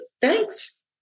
thanks